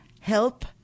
help